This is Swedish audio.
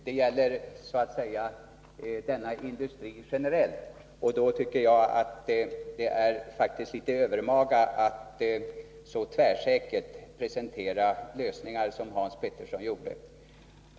Det gäller denna industri generellt, och då tycker jag faktiskt att det är litet övermaga att presentera lösningar så tvärsäkert som Hans Petersson gjorde.